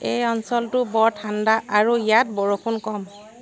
এই অঞ্চলটো বৰ ঠাণ্ডা আৰু ইয়াত বৰষুণ কম